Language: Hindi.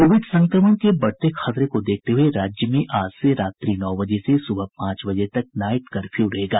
कोविड संक्रमण के बढ़ते खतरे को देखते हुए राज्य में आज से रात्रि नौ बजे से सुबह पांच बजे तक नाईट कर्फ्यू रहेगा